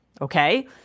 okay